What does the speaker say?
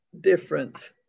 difference